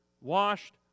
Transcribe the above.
Washed